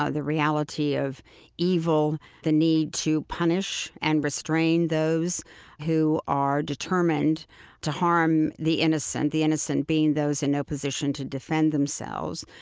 ah the reality of evil, the need to punish and restrain those who are determined to harm the innocent, the innocent being those in no position to defend themselves.